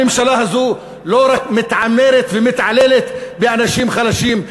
הממשלה הזאת לא רק מתעמרת ומתעללת באנשים חלשים,